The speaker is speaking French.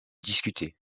discutée